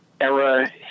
era